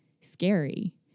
scary